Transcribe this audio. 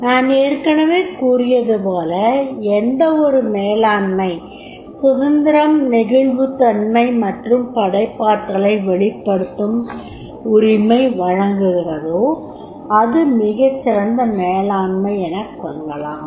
நான் ஏற்கெனவே கூறியதுபோல எந்தவொரு மேலாண்மை சுதந்திரம் நெகிழ்வுத்தன்மை மற்றும் படைப்பாற்றலை வெளிப்படுத்தும் உரிமை வழங்குகிறதோ அது மிகச்சிறந்த மேலாண்மை எனக் கொள்ளலாம்